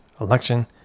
election